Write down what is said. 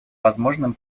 возможным